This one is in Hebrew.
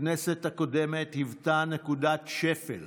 הכנסת הקודמת היוותה נקודת שפל